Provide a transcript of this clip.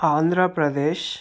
Andhra Pradesh